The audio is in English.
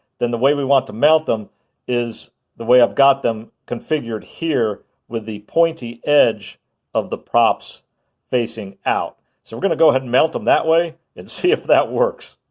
then the way we want to mount them is the way i've got them configured here with the pointy edge of the props facing out. so we're going to go ahead and mount them that way and see if that works.